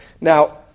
Now